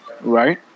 right